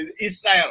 Israel